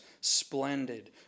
splendid